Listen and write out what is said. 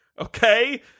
Okay